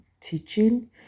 teaching